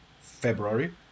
February